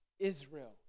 Israel